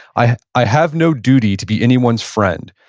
i i have no duty to be anyone's friend,